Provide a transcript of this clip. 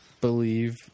believe